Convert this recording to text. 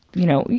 you know,